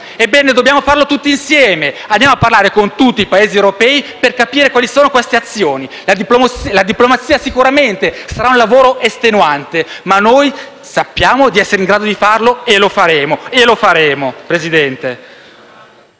Ebbene, dobbiamo farlo tutti insieme: andiamo a parlare con tutti i Paesi europei per capire quali sono queste azioni. La diplomazia sicuramente sarà un lavoro estenuante, ma sappiamo di essere in grado di farlo e lo faremo. Vorrei ricordare